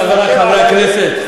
חברי חברי הכנסת,